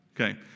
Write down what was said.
Okay